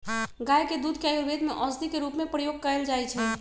गाय के दूध के आयुर्वेद में औषधि के रूप में प्रयोग कएल जाइ छइ